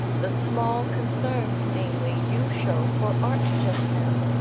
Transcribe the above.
the small concern, namely, you show for art just now.